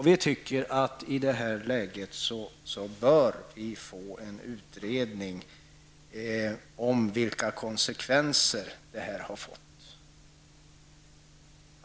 Vi tycker att vi i det här läget bör få en utredning av vilka konsekvenser detta har medfört.